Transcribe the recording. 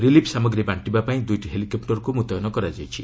relief ସାମଗ୍ରୀ ବାଣ୍ଟିବା ପାଇଁ ଦୁଇଟି ହେଲିକପୁରକୁ ମୁତ୍ୟନ କରାଯାଇଛି